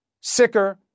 sicker